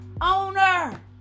owner